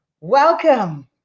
welcome